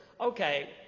Okay